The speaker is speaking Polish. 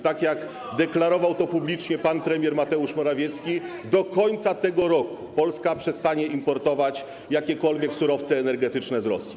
Tak jak deklarował publicznie pan premier Mateusz Morawiecki, do końca tego roku Polska przestanie importować jakiekolwiek surowce energetyczne z Rosji.